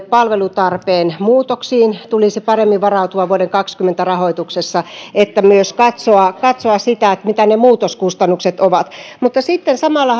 palvelutarpeen muutoksiin tulisi paremmin varautua vuoden kaksituhattakaksikymmentä rahoituksessa sekä myös katsoa katsoa sitä mitä ne muutoskustannukset ovat mutta samalla